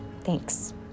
Thanks